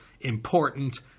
important